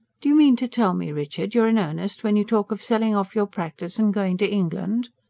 do you mean to tell me, richard, you're in earnest, when you talk of selling off your practice and going to england?